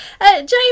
james